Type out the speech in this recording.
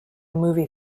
movie